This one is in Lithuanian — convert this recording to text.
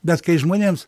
bet kai žmonėms